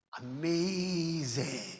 Amazing